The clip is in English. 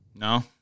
No